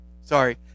sorry